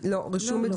זיהום